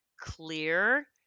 clear